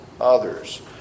others